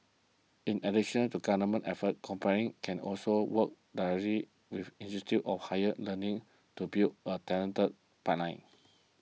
in addition to government efforts companies can also work directly with institutes of higher learning to build a talented pipeline